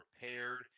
prepared